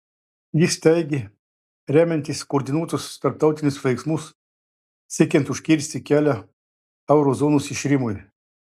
jis teigė remiantis koordinuotus tarptautinius veiksmus siekiant užkirsti kelią euro zonos iširimui